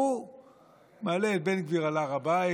הוא מעלה את בן גביר על הר הבית,